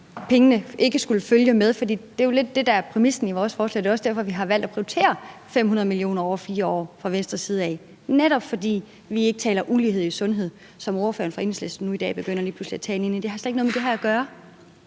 at pengene ikke skulle følge med, for det er jo lidt det, der er præmissen i vores forslag. Det er også derfor, vi fra Venstres side har valgt at prioritere 500 mio. kr. over 4 år. Det er netop, fordi vi ikke taler ulighed i sundhed, hvilket ordføreren for Enhedslisten nu i dag lige pludselig begynder at tale om. Det har slet ikke noget med det her at gøre.